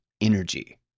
energy